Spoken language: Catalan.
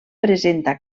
presenta